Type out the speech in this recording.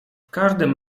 każdym